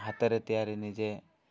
ହାତରେ ତିଆରି ନିଜେ